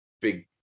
big